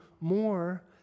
more